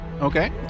Okay